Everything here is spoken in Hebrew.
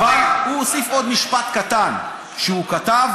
אבל הוא הוסיף עוד משפט קטן: הוא כתב